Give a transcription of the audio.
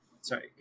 Sorry